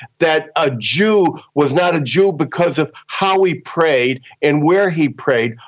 that a jew was not a jew because of how he prayed and where he prayed,